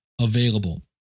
available